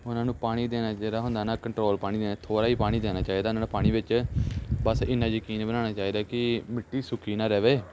ਉਹਨਾਂ ਨੂੰ ਪਾਣੀ ਦੇਣਾ ਜਿਹੜਾ ਹੁੰਦਾ ਨਾ ਕੰਟਰੋਲ ਪਾਣੀ ਦਾ ਥੋੜ੍ਹਾ ਹੀ ਪਾਣੀ ਦੇਣਾ ਚਾਹੀਦਾ ਇਹਨਾਂ ਨੂੰ ਪਾਣੀ ਵਿੱਚ ਬਸ ਇੰਨਾ ਯਕੀਨ ਬਣਾਉਣਾ ਚਾਹੀਦਾ ਕਿ ਮਿੱਟੀ ਸੁੱਕੀ ਨਾ ਰਹੇ